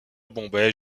bombay